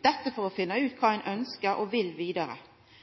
dette for å finna ut kva ein ønskjer og vil vidare.